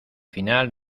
final